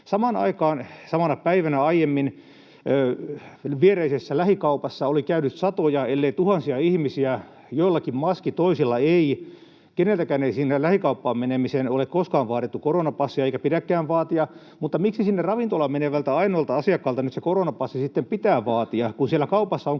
samana päivänä, viereisessä lähikaupassa oli käynyt satoja, ellei tuhansia ihmisiä, joillakin maski, toisilla ei. Keneltäkään ei siihen lähikauppaan menemiseen ole koskaan vaadittu koronapassia — eikä pidäkään vaatia — mutta miksi sinne ravintolaan menevältä ainoalta asiakkaalta nyt se koronapassi sitten pitää vaatia,